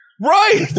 Right